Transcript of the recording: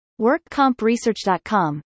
WorkCompResearch.com